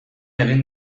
egin